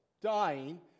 dying